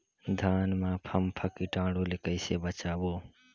धान मां फम्फा कीटाणु ले कइसे बचाबो?